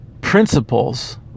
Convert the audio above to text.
principles